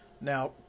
Now